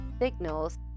Signals